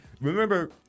remember –